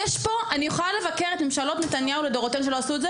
אני יכולה לבקר את ממשלות נתניהו לדורותיהן שלא עשו את זה,